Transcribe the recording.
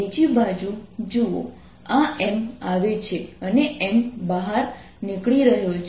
બીજી બાજુ જુઓ આ M આવે છે અને M બહાર નીકળી રહ્યો છે